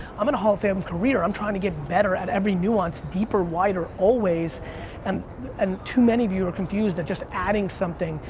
i'm in a hall of fame career. i'm trying to get better at every nuance, deeper, wider, always and and too many of you are confused at just adding something,